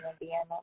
Indiana